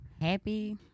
Happy